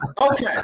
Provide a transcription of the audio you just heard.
Okay